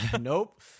Nope